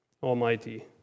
Almighty